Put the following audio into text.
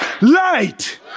Light